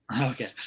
Okay